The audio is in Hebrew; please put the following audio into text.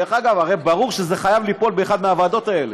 דרך אגב, ברור שזה חייב ליפול באחת מהוועדות האלה.